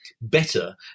better